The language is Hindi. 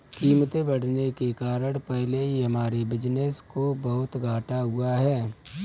कीमतें बढ़ने के कारण पहले ही हमारे बिज़नेस को बहुत घाटा हुआ है